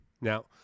Now